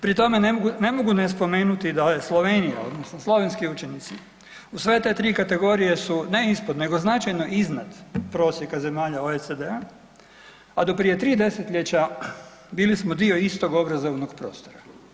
Pri tome ne mogu ne spomenuti da je Slovenija odnosno slovenski učenici u sve te 3 kategorije su ne ispod nego značajno iznad prosjeka zemalja SAD-a, a do prije 3 desetljeća bili smo dio istog obrazovnog prostora.